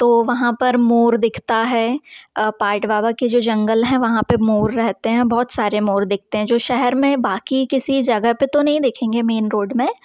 तो वहाँ पर मोर दिखता है पाट बाबा की जो जंगल है वहाँ पर मोर रहते हैं बहुत सारे मोर दिखते हैं जो शहर में बाक़ी किसी जगह पर तो नहीं दिखेंगे मेन रोड में